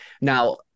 Now